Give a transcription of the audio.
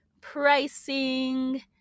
pricing